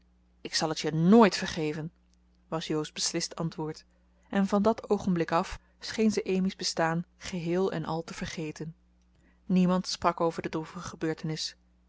ik zal het je nooit vergeven was jo's beslist antwoord en van dat oogenblik af scheen ze amy's bestaan geheel en al te vergeten niemand sprak over de droevige gebeurtenis